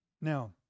Now